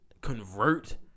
convert